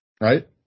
right